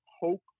hope